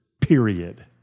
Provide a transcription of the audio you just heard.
period